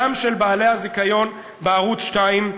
גם על בעלי הזיכיון בערוץ 2,